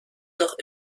noch